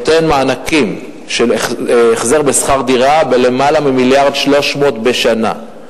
נותן מענקים של החזר שכר דירה בלמעלה מ-1.3 מיליארד שקל בשנה.